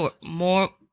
more